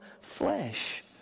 flesh